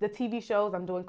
the t v shows i'm doing